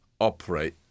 operate